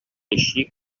eixir